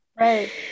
Right